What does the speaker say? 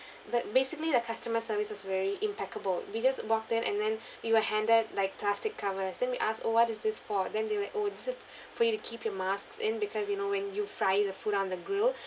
the basically their customer service was very impeccable we just walked in and then you were handed like plastic covers then we asked oh what is this for then they were like oh this is for you to keep your masks in because you know when you fry the food out of the grill